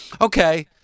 Okay